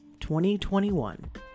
2021